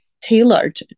tailored